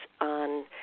on